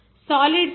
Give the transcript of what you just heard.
5TB A0